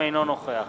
אינו נוכח